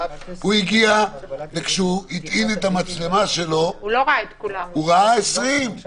הוא הגיע וכשהוא הטעין את המצלמה שלו הוא ראה 20. נכון.